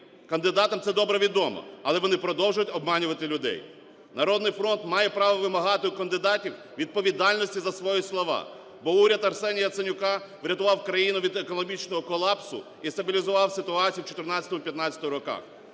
Кандидатам це добре відомо, але вони продовжують обманювати людей. "Народний фронт" має право вимагати у кандидатів відповідальності за свої слова. Бо уряд Арсенія Яценюка врятував країну від економічного колапсу і стабілізував ситуацію в 2014-2015 роках.